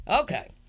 Okay